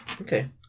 Okay